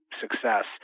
success